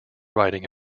writing